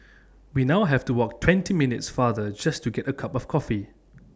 we now have to walk twenty minutes farther just to get A cup of coffee